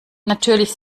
natürlich